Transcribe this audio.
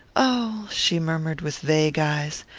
oh, she murmured with vague eyes,